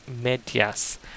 medias